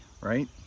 right